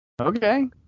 Okay